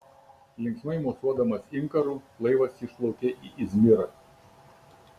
linksmai mosuodamas inkaru laivas išplaukė į izmirą